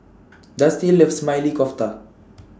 Dusty loves Maili Kofta